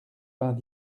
vingt